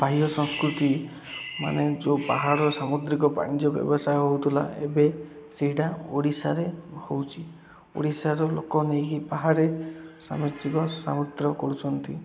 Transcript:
ବାହ୍ୟ ସଂସ୍କୃତି ମାନେ ଯୋଉ ବାହାରର ସାମୁଦ୍ରିକ ବାଣିଜ୍ୟ ବ୍ୟବସାୟ ହେଉଥିଲା ଏବେ ସେଇଟା ଓଡ଼ିଶାରେ ହେଉଛି ଓଡ଼ିଶାର ଲୋକ ନେଇକି ବାହାରେ ସାମାଜିକ ସମୁଦ୍ର କରୁଛନ୍ତି